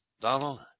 donald